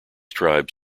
tribe